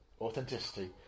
authenticity